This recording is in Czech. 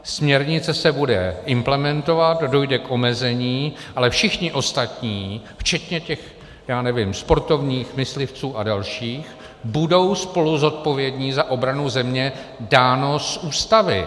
Směrnice se bude implementovat, dojde k omezení, ale všichni ostatní včetně, já nevím, sportovních, myslivců a další budou spoluzodpovědní za obranu země dáno z Ústavy.